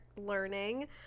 learning